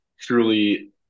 truly